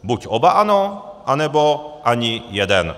Buď oba ano, anebo ani jeden.